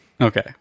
okay